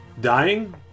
dying